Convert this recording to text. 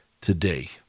today